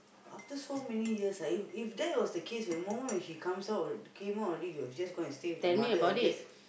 after so many years if if that was the case the moment when she comes out came out already he will just gonna stay with the mother and just